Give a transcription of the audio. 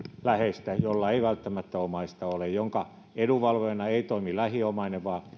läheistä joilla ei välttämättä omaista ole jonka edunvalvojana ei toimi lähiomainen vaan